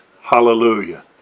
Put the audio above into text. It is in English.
hallelujah